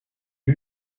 eut